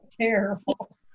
terrible